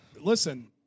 Listen